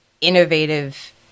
innovative